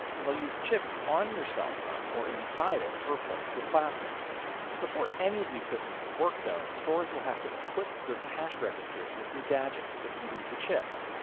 and they'll use chips on your cell phone or inside it to replace your plastic before any of these systems will work though, stores will have to equip their cash registers with new gadgets that can read the chips.